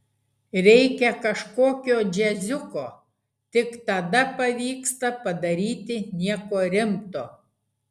reikia kažkokio džiaziuko tik tada pavyksta padaryti nieko rimto